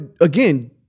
again